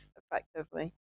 effectively